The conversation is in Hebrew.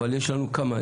אבל יש לנו כמה,